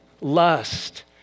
lust